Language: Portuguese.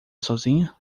sozinha